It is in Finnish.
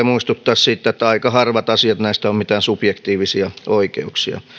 muistuttaa siitä että aika harvat asiat näistä ovat mitään subjektiivisia oikeuksia